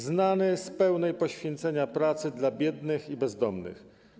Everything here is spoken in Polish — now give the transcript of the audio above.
Znany z pełnej poświęcenia pracy dla biednych i bezdomnych.